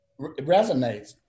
resonates